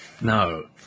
No